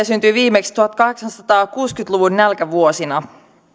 syntyi viimeksi tuhatkahdeksansataakuusikymmentä luvun nälkävuosina